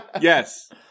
Yes